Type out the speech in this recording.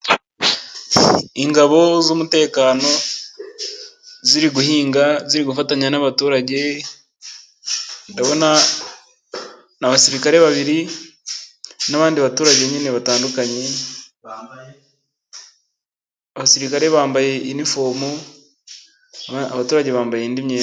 Ingabo z'umutekano ziri guhinga, ziri gufatanya n'abaturage. Ndabona ni abasirikare babiri n'abandi baturage nyine batandukanye. Abasirikare bambaye inifomo, abaturage bambaye indi myenda.